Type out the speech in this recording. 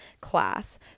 class